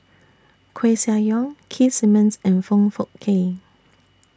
Koeh Sia Yong Keith Simmons and Foong Fook Kay